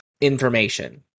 information